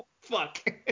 Fuck